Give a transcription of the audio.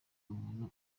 muntu